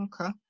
okay